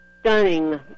stunning